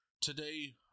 today